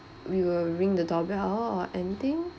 we will ring the doorbell or anything